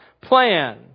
plan